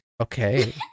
Okay